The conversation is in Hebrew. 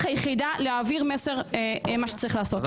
היחידה להעביר מסר שאומר מה צריך לעשות.